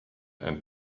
and